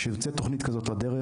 כשיוצאת תוכנית כזאת לדרך,